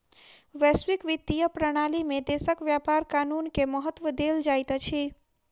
वैश्विक वित्तीय प्रणाली में देशक व्यापार कानून के महत्त्व देल जाइत अछि